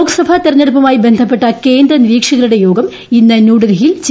ലോക്സഭാ തിരഞ്ഞെടുപ്പുമായി ബന്ധപ്പെട്ട കേന്ദ്ര നിരീക്ഷകരുടെ യോഗം ഇന്ന് ന്യൂഡൽഹിയിൽ ചേരും